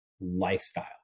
lifestyle